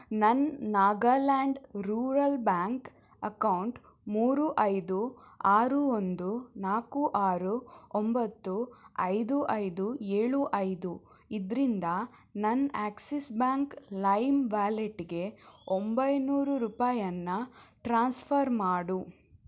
ನನ್ನ Nagaland rural bank account ಮೂರು ಐದು ಆರು ಒಂದು ನಾಲ್ಕು ಆರು ಒಂಬತ್ತು ಐದು ಐದು ಏಳು ಐದು ಇದರಿಂದ ನನ್ನ ಆಕ್ಸಿಸ್ ಬ್ಯಾಂಕ್ ಲೈಮ್ ವ್ಯಾಲೆಟ್ಗೆ ಒಂಬೈನೂರು ರೂಪಾಯಿಯನ್ನ ಟ್ರಾನ್ಸ್ಫರ್ ಮಾಡು